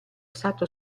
stato